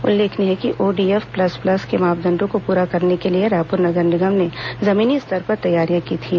उल्लेखनीय है कि ओडीएफ प्लस प्लस के मापदंडों को पूरा करने के लिए रायपुर नगर निगम ने जमीनी स्तर पर तैयारियां की थीं